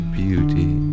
beauty